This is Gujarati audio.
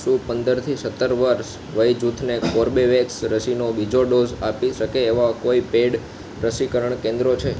શું પાંદરથી સત્તર વર્ષ વય જૂથને કોર્બેવેક્સ રસીનો બીજો ડોઝ આપી શકે એવાં કોઈ પેડ રસીકરણ કેન્દ્રો છે